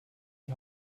die